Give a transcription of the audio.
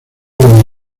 como